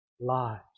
lives